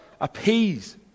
appease